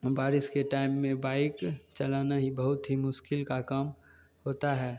बारिश के टाइम में बाइक चलाना ही बहुत ही मुश्किल का काम होता है